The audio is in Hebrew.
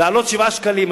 להעלות 7 שקלים,